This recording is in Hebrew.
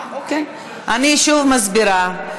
אני שוב מסבירה.